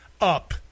up